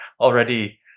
already